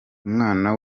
umwana